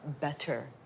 better